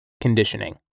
conditioning